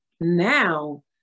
now